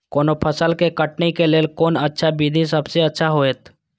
कोनो फसल के कटनी के लेल कोन अच्छा विधि सबसँ अच्छा होयत?